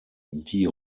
die